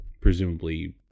presumably